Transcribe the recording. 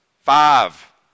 Five